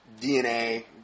DNA